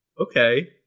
okay